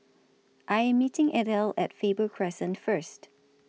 I Am meeting Ethel At Faber Crescent First